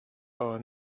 your